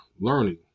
learning